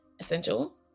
essential